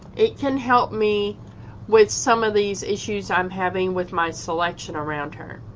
it can help me with some of these issues i'm having with my selection around her.